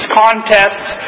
contests